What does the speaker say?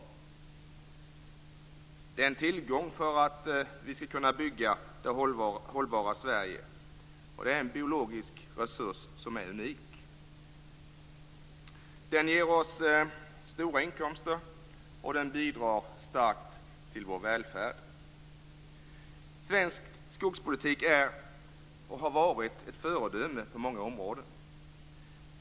Den är en tillgång när det gäller våra möjligheter att bygga det hållbara Sverige. Vidare är den en unik biologisk resurs. Skogen ger oss stora inkomster och bidrar starkt till vår välfärd. Svensk skogspolitik är, och har varit, ett föredöme på många områden.